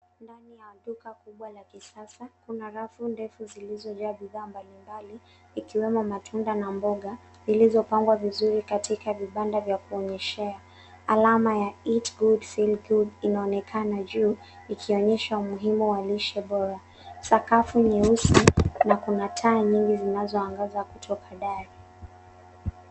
Ndani ya duka kubwa la kisasa kuna rafu ndefu zilizojaa bidhaa mbalimbali ikiwemo matunda na mboga zilizopangwa vizuri katika vibanda vya kuonyeshea. Alama ya eat good, feel good inaonekana juu ikionyesha umuhimu wa lishe bora. Sakafu nyeusi na kuna taa nyingi zinazoangaza kutoka dari.